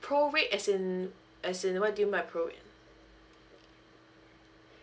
prorate as in as in what do you mean by prorate